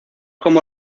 como